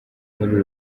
muri